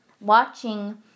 watching